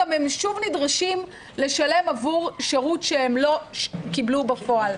הם שוב נדרשים לשלם עבור שירות שהם לא קיבלו בפועל.